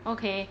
okay